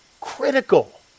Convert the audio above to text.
Critical